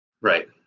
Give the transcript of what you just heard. Right